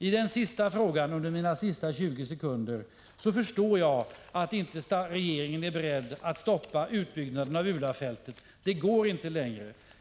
Under de 20 sekunder som återstår av min taletid vill jag påpeka att jag förstår att regeringen inte är beredd att stoppa utbyggnaden av Ula-fältet. Det går inte längre.